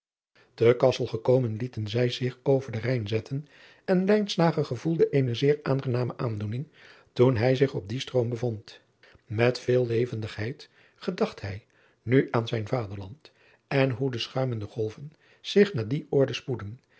gekomen lieten zij zich over den hijn zetten en gevoelde eene zeer aangename aandoening toen hij zich op dien stroom bevond et veel levendigheid gedacht hij nu aan zijn vaderland en hoe de schuimende golven zich naar die oorden spoedden